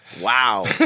Wow